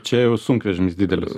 čia jau sunkvežimis didelis